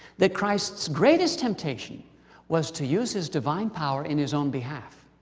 that christ's greatest temptation was to use his divine power in his own behalf.